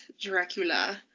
dracula